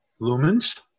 lumens